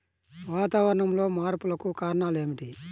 వాతావరణంలో మార్పులకు కారణాలు ఏమిటి?